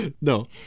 no